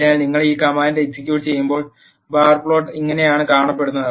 അതിനാൽ നിങ്ങൾ ഈ കമാൻഡുകൾ എക്സിക്യൂട്ട് ചെയ്യുമ്പോൾ ബാർ പ്ലോട്ട് ഇങ്ങനെയാണ് കാണപ്പെടുന്നത്